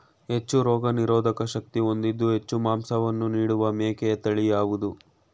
ಹೆಚ್ಚು ರೋಗನಿರೋಧಕ ಶಕ್ತಿ ಹೊಂದಿದ್ದು ಹೆಚ್ಚು ಮಾಂಸವನ್ನು ನೀಡುವ ಮೇಕೆಯ ತಳಿ ಯಾವುದು?